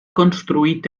construït